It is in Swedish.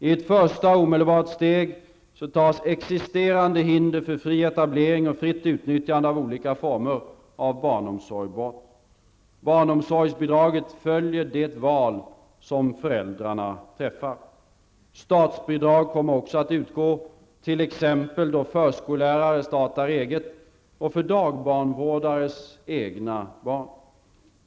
I ett första och omedelbart steg tas existerande hinder för fri etablering och fritt utnyttjande av olika former av barnomsorg bort. Barnomsorgsbidraget följer det val som föräldrarna träffar. Statsbidrag kommer också att utgå, t.ex. då förskollärare startar eget och för dagbarnvårdares egna barn.